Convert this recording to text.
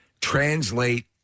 translate